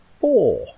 Four